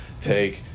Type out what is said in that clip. take